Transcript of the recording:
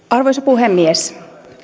arvoisa puhemies